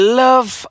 love